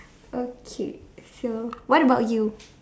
okay so what about you